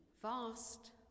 Vast